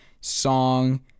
Song